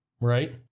right